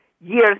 years